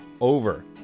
over